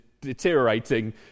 deteriorating